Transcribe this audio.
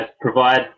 provide